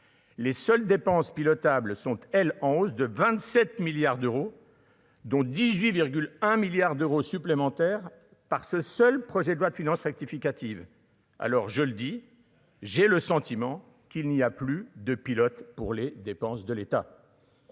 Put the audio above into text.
les seules dépenses pilotables sont, elles, en hausse de 27 milliards d'euros, dont 18 1 milliards d'euros supplémentaires par ce seul projet de loi de finances rectificative alors je le dis, j'ai le sentiment qu'il n'y a plus de pilote pour les dépenses de l'État.